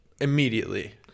immediately